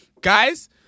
Guys